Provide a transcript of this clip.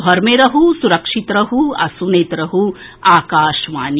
घर मे रहू सुरक्षित रहू आ सुनैत रहू आकाशवाणी